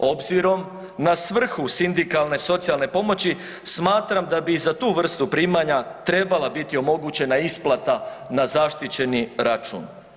Obzirom na svrhu sindikalne socijalne pomoći smatram da bi i za tu vrstu primanja trebala biti omogućena isplata na zaštićeni račun.